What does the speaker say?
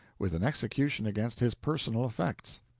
with an execution against his personal effects.